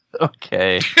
Okay